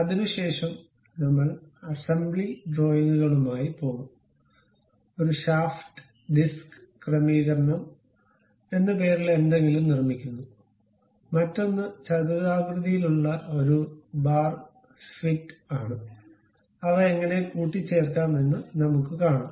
അതിനുശേഷം നമ്മൾ അസംബ്ലി ഡ്രോയിംഗുകളുമായി പോകും ഒരു ഷാഫ്റ്റ് ഡിസ്ക് ക്രമീകരണം എന്ന് പേരുള്ള എന്തെങ്കിലും നിർമ്മിക്കുന്നു മറ്റൊന്ന് ചതുരാകൃതിയിലുള്ള ഒരു ബാർ ഫിറ്റ് ആണ് ഇവ എങ്ങനെ കൂട്ടിച്ചേർക്കാം എന്ന് നമ്മുക്ക് കാണാം